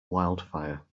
wildfire